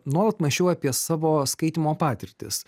nuolat mąsčiau apie savo skaitymo patirtis